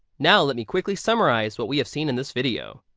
now let me quickly summarize what we have seen in this video.